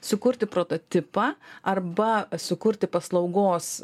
sukurti prototipą arba sukurti paslaugos